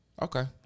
Okay